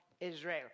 Israel